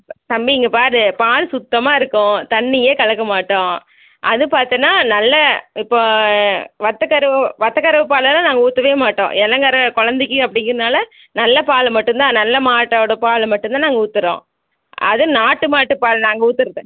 தம்பி இங்கே பார் பால் சுத்தமாக இருக்கும் தண்ணியே கலக்க மாட்டோம் அது பார்த்தன்னா நல்ல இப்போ வத்த கரவை வத்த கரவை பாலை எல்லாம் நாங்கள் ஊற்றவே மாட்டோம் இளங்கரவை குழந்தைக்கு அப்படிங்கிறனால நல்ல பால் மட்டும் தான் நல்ல மாட்டோட பால் மட்டும் தான் நாங்கள் ஊற்றுறோம் அதுவும் நாட்டு மாட்டுப்பால் நாங்கள் ஊற்றுறது